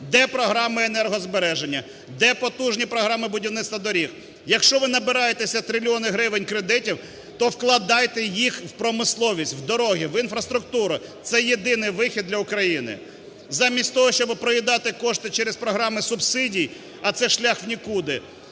Де програма енергозбереження? Де потужні програми будівництва доріг? Якщо ви набираєтесь трильйони гривень кредитів, то вкладайте їх у промисловість, в дороги, в інфраструктуру – це єдиний вихід для України. Замість того, щоб проїдати кошти через програми субсидій, а це шлях в нікуди,